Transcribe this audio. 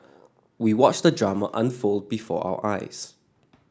we watched the drama unfold before our eyes